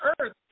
earth